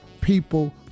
people